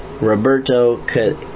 Roberto